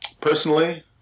Personally